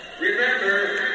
Remember